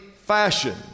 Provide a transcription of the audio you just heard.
fashion